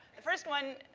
the first one,